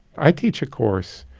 i teach a course.